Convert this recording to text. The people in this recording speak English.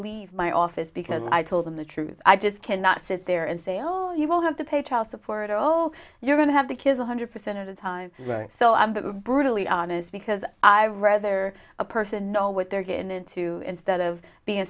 leave my office because i told them the truth i just cannot sit there and say oh you will have to pay child support oh you're going to have the kids one hundred percent of the time so i'm brutally honest because i rather a person know what they're getting into instead of being